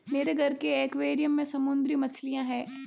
मेरे घर के एक्वैरियम में समुद्री मछलियां हैं